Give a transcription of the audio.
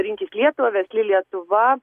rinkis lietuvą versli lietuva